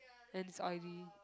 and it's oily